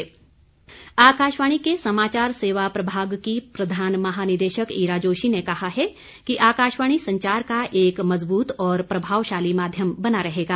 सम्मेलन आकाशवाणी के समाचार सेवा प्रभाग की प्रधान महानिदेशक इरा जोशी ने कहा है कि आकाशवाणी संचार का एक मजबूत और प्रभावशाली माध्यम बना रहेगा